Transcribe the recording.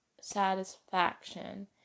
satisfaction